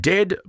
Dead